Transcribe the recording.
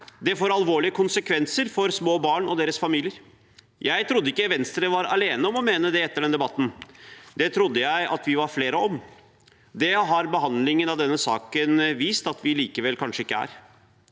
Det får alvorlige konsekvenser for små barn og deres familier. Jeg trodde ikke Venstre var alene om å mene det etter den debatten. Det trodde jeg at vi var flere om, men det har behandlingen av denne saken vist at vi likevel kanskje ikke er.